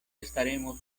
estaremos